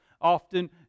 often